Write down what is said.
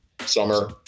summer